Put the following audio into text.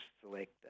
select